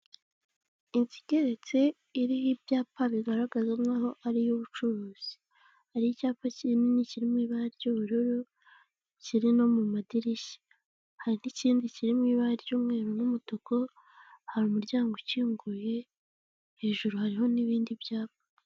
Inzu igeretse iriho ibyapa bigaragaza nk'aho ari iy'ubucuruzi, hariho icyapa kinini kiri mu ibara ry'ubururu, kiri no mu madirishya, hari n'ikindi kiri mu ibara ry'umweru n'umutuku, hari umuryango ukinguye, hejuru hariho n'ibindi byapa.